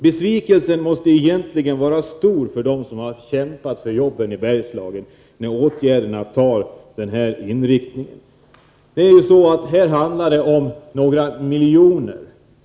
Besvikelsen måste vara stor för dem som har kämpat för jobben i Bergslagen, när åtgärderna får denna inriktning. Här handlar det om miljoner.